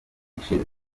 ishize